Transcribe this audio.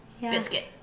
Biscuit